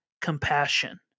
compassion